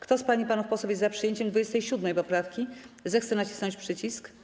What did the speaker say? Kto z pań i panów posłów jest za przyjęciem 27. poprawki, zechce nacisnąć przycisk.